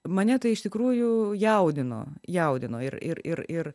mane tai iš tikrųjų jaudino jaudino ir ir ir ir